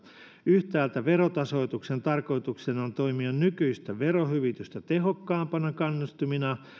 yhtäältä verotasoituksen tarkoituksena on toimia nykyistä verohyvitystä tehokkaampana kannustimena